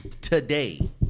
Today